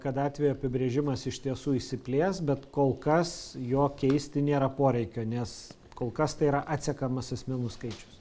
kad atvejo apibrėžimas iš tiesų išsiplės bet kol kas jo keisti nėra poreikio nes kol kas tai yra atsekamas asmenų skaičius